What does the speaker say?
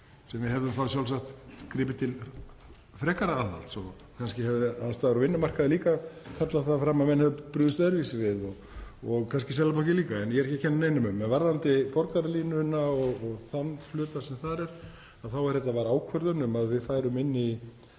að við hefðum sjálfsagt gripið til frekara aðhalds, kannski hefðu aðstæður á vinnumarkaði líka kallað það fram að menn hefðu brugðist öðruvísi við og kannski Seðlabankinn líka. En ég er ekki að kenna neinum um. Varðandi borgarlínuna og þann hluta sem þar er þá var þetta ákvörðun um að við færum inn í,